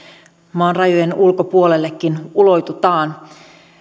maan rajojen ulkopuolellekin ulotutaan